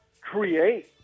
create